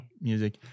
music